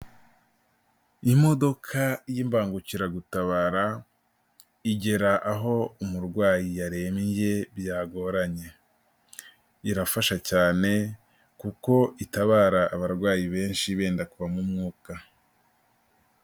Imodoka y'imbangukiragutabara igera aho umurwayi yaremye byagoranye, irafasha cyane kuko itabara abarwayi benshi benda kuvamo umwuka.